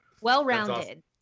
Well-rounded